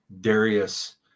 Darius